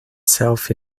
self